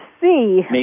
see